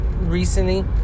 recently